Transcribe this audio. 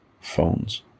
phones